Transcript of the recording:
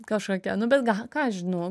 kažkokia nu bet gal ką aš žinau